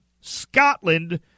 Scotland